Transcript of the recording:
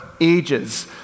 ages